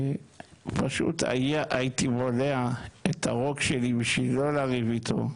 ופשוט הייתי בולע את הרוק שלי בשביל לא לריב איתו,